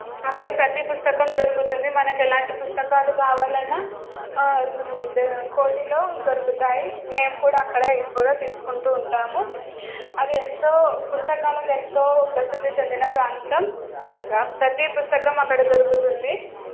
అక్కడ ప్రతి పుస్తకం దొరుకుతుంది మనకు ఎలాంటి పుస్తకాలు కావాలన్నా కోటిలో దొరుకుతాయి మేము కూడా అక్కడే ఎక్కువగా తీసుకుంటూ ఉంటాము అది ఎంతో పుస్తకాలకు ఎంతో ప్రసిద్ధి చెందిన ప్రాంతం ప్రతి పుస్తకం అక్కడ దొరుకుతుంది